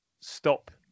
stop